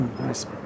nice